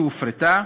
שהופרטה,